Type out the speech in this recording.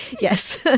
Yes